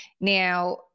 Now